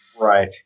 Right